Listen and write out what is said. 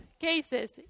cases